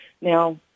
now